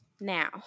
Now